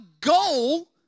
goal